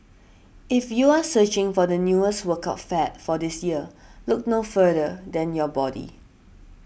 if you are searching for the newest workout fad for this year look no further than your body